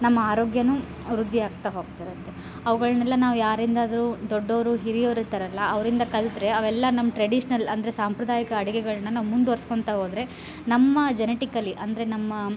ನಮ್ಮ ಆರೋಗ್ಯನು ವೃದ್ಧಿಯಾಗ್ತಾ ಹೋಗ್ತಿರುತ್ತೆ ಅವ್ಗಳನ್ನೆಲ್ಲಾ ನಾವು ಯಾರಿಂದಾದರೂ ದೊಡ್ಡವರು ಹಿರಿಯರು ಇರ್ತಾರಲ್ಲ ಅವರಿಂದ ಕಲ್ತ್ರೆ ಅವೆಲ್ಲಾ ನಮ್ಮ ಟ್ರಡಿಷ್ನಲ್ ಅಂದರೆ ಸಾಂಪ್ರದಾಯಿಕ ಅಡ್ಗೆಗಳನ್ನ ನಾವು ಮುಂದುವರ್ಸ್ಕೊಳ್ತಾ ಹೋದರೆ ನಮ್ಮ ಜೆನೆಟಿಕೆಲಿ ಅಂದರೆ ನಮ್ಮ